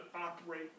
operate